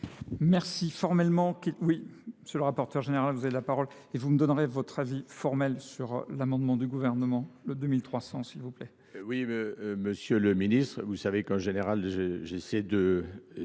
Merci formellement. Oui, monsieur le rapporteur général, vous avez la parole. Et vous me donnerez votre avis formel sur l'amendement du gouvernement, le 2300, s'il vous plaît. Oui, monsieur le ministre, vous savez qu'en général, j'essaie de